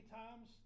times